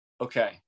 Okay